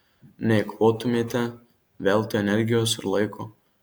neeikvotumėte veltui energijos ir laiko